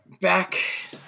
Back